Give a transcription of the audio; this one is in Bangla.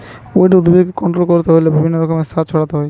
উইড উদ্ভিদকে কন্ট্রোল করতে হইলে বিভিন্ন রকমের সার ছড়াতে হয়